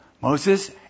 Moses